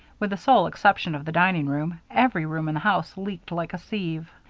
with the sole exception of the dining-room, every room in the house leaked like a sieve.